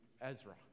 Ezra